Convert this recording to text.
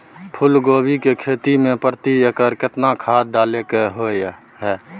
फूलकोबी की खेती मे प्रति एकर केतना खाद डालय के होय हय?